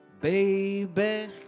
baby